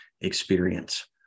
experience